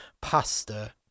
pasta